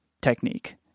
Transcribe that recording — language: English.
technique